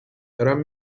دارم